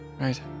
Right